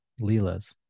Leelas